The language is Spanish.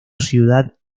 ciudad